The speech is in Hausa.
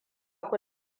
ku